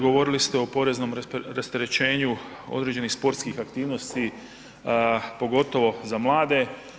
Govorili ste o poreznom rasterećenju određenih sportskih aktivnosti, pogotovo za mlade.